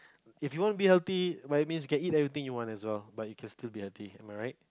if you wanna be healthy by all means you can eat anything you want as well but you can still be healthy am I right